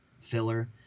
filler